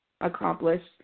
accomplished